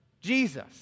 Jesus